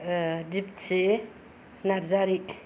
आ दिप्ति नाजारि